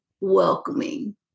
welcoming